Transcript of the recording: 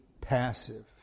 passive